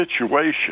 situation